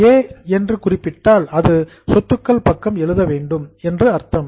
ஏ என்று குறிப்பிட்டால் அது சொத்துக்கள் பக்கம் எழுத வேண்டும் என்று அர்த்தம்